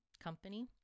company